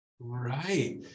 Right